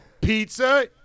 pizza